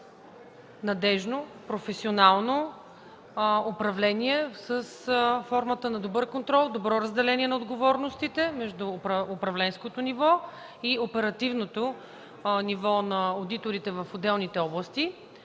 надеждно, професионално управление с формата на добър контрол, добро разделение на отговорностите между управленското и оперативното ниво на одиторите в отделните области,